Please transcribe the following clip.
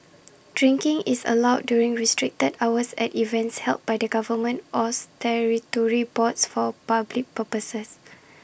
drinking is allowed during restricted hours at events held by the government or statutory boards for A public purposes